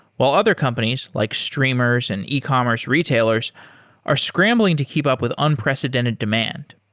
while other companies like streamers and ecommerce retailers are scrambling to keep up with unprecedented demand.